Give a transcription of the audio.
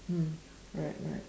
mm right right